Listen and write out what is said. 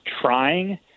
trying